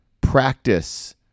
Practice